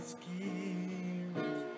schemes